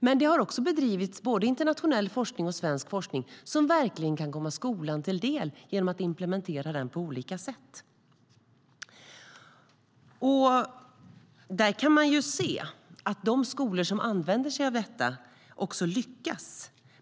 Men det har också bedrivits både internationell och svensk forskning som kan komma skolan till del genom att man implementerar den på olika sätt. Man kan se att de skolor som använder sig av detta också lyckas.